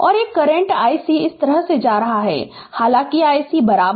और एक current ic इस तरह जा रहा है हालाँकि ic बात